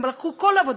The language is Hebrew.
הם לקחו כל עבודה,